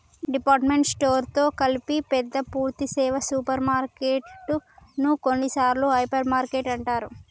department store తో కలిపి పెద్ద పూర్థి సేవ సూపర్ మార్కెటు ను కొన్నిసార్లు హైపర్ మార్కెట్ అంటారు